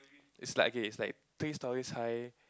is like okay is like three stories high